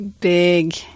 big